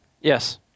Yes